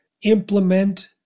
implement